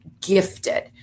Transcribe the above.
gifted